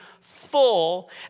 full